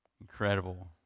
incredible